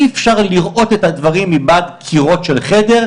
אי אפשר לראות את הדברים מבעד קירות של חדר,